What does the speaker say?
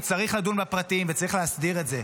כי צריך לדון בפרטים וצריך להסדיר את זה.